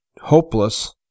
hopeless